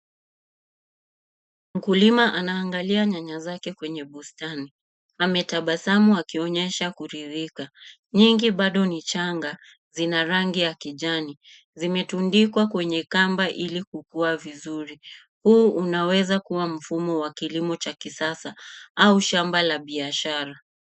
Mkulima anaangalia nyanya zake kwenye bustani, ametabasamu akionyesha kuridhika. Nyingi bado ni changa zina rangi ya kijani, zimetundikwa kwenye kamba ili kukuwa vizuri. Huu unaweza kuwa mfumo wa kilimo cha kisasa au shamba la biashara.